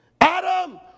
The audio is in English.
Adam